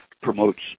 promotes